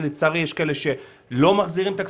ולצערי יש כאלה שלא מחזירים את הכספים,